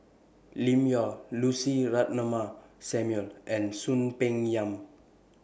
Lim Yau Lucy Ratnammah Samuel and Soon Peng Yam